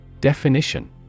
Definition